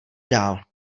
dál